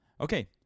Okay